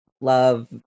love